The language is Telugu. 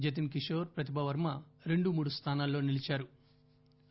జతిన్ కిషోర్ ప్రతిభా వర్మ రెండు మూడు స్థానాల్లో నిలిచారు